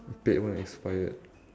paid one expired